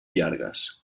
llargues